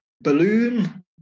balloon